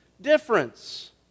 difference